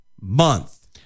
month